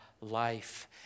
life